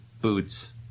boots